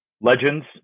legends